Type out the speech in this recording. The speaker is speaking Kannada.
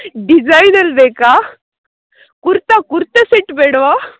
ಡಿಸೈನಲ್ಲಿ ಬೇಕಾ ಕುರ್ತ ಕುರ್ತ ಸೆಟ್ ಬೇಡ್ವ